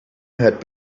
had